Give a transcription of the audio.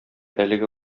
әлеге